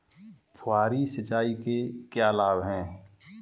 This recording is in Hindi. फुहारी सिंचाई के क्या लाभ हैं?